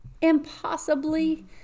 Impossibly